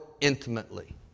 intimately